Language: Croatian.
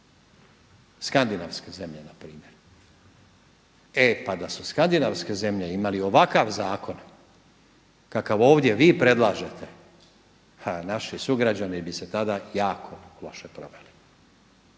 skandinavske zemlje na primjer. E pa da su skandinavske zemlje imali ovakav zakon kakav ovdje vi predlažete, ha naši sugrađani bi se tada jako loše proveli.